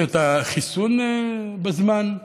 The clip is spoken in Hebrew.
את החיסון בזמן,